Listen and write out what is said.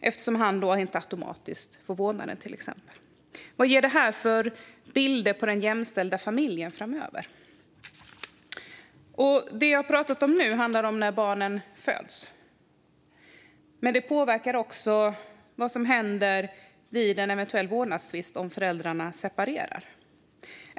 eftersom han till exempel inte automatiskt får vårdnaden. Vad ger det för bild av den jämställda familjen framöver? Det jag har talat om nu handlar om när barnen föds. Men det påverkar också vad som händer vid en eventuell vårdnadstvist om föräldrarna separerar.